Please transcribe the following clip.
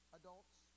adults